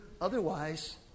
otherwise